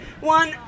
one